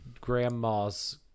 grandma's